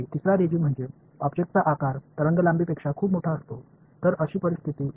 இறுதியாக மூன்றாவது ரெஜிமெஸ் அதில் பொருள் அளவு அலைநீளத்தை விட மிகப் பெரியது